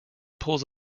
pulls